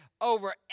over